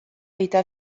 eta